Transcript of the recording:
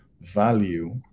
value